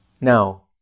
now